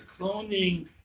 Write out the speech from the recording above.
cloning